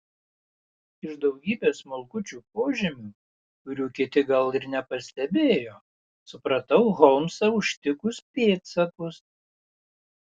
iš daugybės smulkučių požymių kurių kiti gal ir nepastebėjo supratau holmsą užtikus pėdsakus